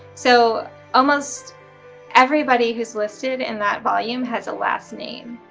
so almost everybody who's listed in that volume has a last name,